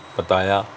ਪਤਾਇਆ